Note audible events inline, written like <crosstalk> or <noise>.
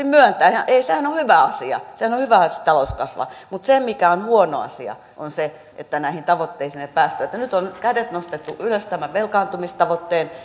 <unintelligible> myöntää sehän on hyvä asia sehän on hyvä että talous kasvaa mutta se mikä on huono asia on se että näihin tavoitteisiin ei päästy nyt on kädet nostettu ylös tämän velkaantumistavoitteen <unintelligible>